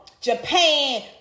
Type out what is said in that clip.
Japan